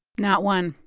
not one.